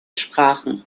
sprachen